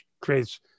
creates